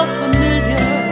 familiar